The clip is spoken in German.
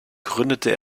gründete